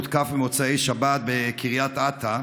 הותקף במוצאי שבת בקריית אתא.